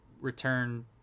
return